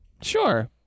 sure